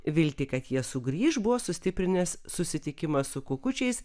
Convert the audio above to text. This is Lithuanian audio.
viltį kad jie sugrįš buvo sustiprinęs susitikimas su kukučiais